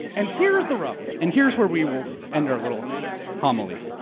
and here is the rub, and here is where we will end our little homily.